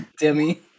Demi